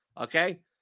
okay